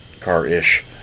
car-ish